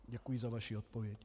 Děkuji za vaši odpověď.